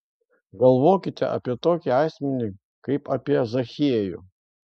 galvokite apie tokį asmenį kaip apie zachiejų